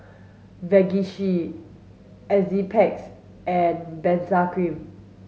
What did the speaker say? Vagisil Enzyplex and Benzac cream